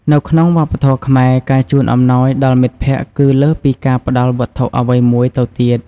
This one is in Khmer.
នៅក្នុងវប្បធម៌ខ្មែរ ការជូនអំណោយដល់មិត្តភក្តិគឺលើសពីការផ្ដល់វត្ថុអ្វីមួយទៅទៀត។